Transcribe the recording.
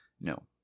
No